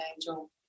angel